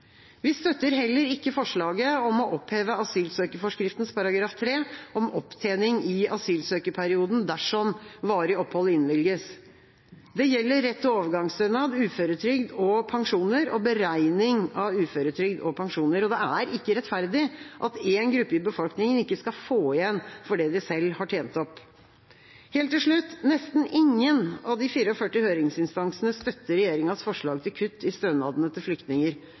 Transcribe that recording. Vi støtter heller ikke forslaget om å oppheve asylsøkerforskriften § 3, om opptjening i asylsøkerperioden dersom varig opphold innvilges. Det gjelder rett til overgangsstønad, uføretrygd og pensjoner og beregning av uføretrygd og pensjoner. Det er ikke rettferdig at én gruppe i befolkningen ikke skal få igjen for det de selv har tjent opp. Helt til slutt: Nesten ingen av de 44 høringsinstansene støtter regjeringas forslag til kutt i stønadene til flyktninger.